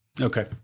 Okay